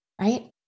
right